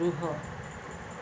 ରୁହ